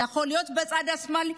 זה יכול להיות בצד השמאלי,